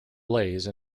blaze